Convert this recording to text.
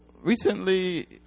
recently